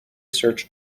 search